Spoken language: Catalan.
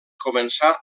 començà